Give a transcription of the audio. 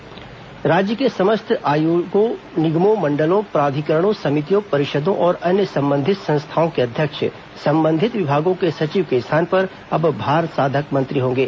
आयोग मंडल भारसाधक मंत्री राज्य के समस्त आयोगों निगमों मण्डलों प्राधिकरणों समितियों परिषदों और अन्य संबंधित संस्थाओं के अध्यक्ष संबंधित विभागों के सचिव के स्थान पर अब भारसाधक मंत्री होंगे